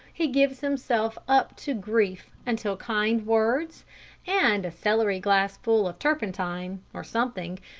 he gives himself up to grief until kind words and a celery-glass-full of turpentine, or something,